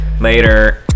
Later